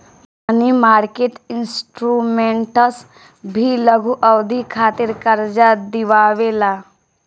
मनी market instruments भी लघु अवधि खातिर कार्जा दिअवावे ला